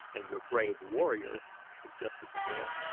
and your brave warriors? suggested the girl.